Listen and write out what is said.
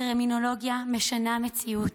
טרמינולוגיה משנה מציאות.